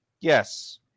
Yes